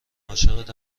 عاشقت